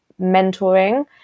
mentoring